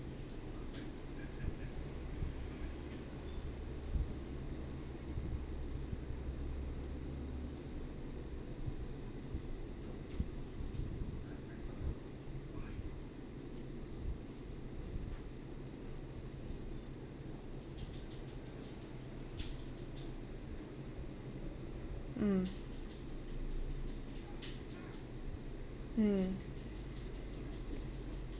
mm mm